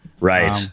Right